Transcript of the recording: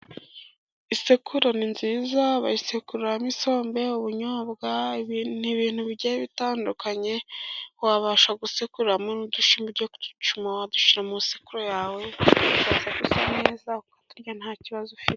Isekururo ni nziza , bayisekuriramo isombe , ubunyobwa , n'ibintu bigiye bitandukanye . Wabasha gusekuriramo n'udushyimbo ugiye kuducoma wadushyira mu isekuru yawe , tukaza dusa neza ukaturya nta kibazo ufite.